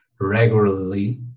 regularly